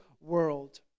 world